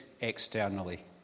externally